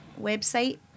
website